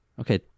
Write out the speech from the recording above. Okay